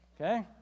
Okay